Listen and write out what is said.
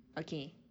okay